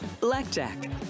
Blackjack